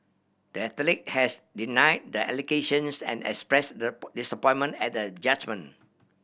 the athlete has deny the allegations and express disappointment at the judgment